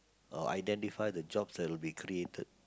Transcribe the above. uh identify the jobs that would be created